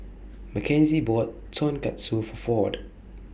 Makenzie bought Tonkatsu For Ford